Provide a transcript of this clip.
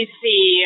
see